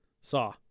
Saw